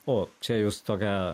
o čia jus tokią